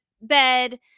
bed